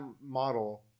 model